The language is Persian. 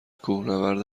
کوهنورد